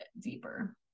deeper